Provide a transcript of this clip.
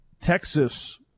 Texas